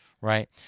right